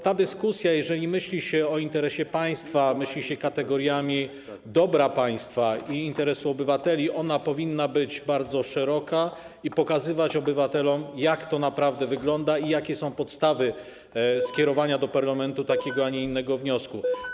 Ta dyskusja, jeżeli myśli się o interesie państwa, jeżeli myśli się kategoriami dobra państwa i interesu obywateli, powinna być bardzo szeroka i pokazywać obywatelom, jak to naprawdę wygląda i jakie są podstawy skierowania do parlamentu takiego a nie innego wniosku.